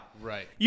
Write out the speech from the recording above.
Right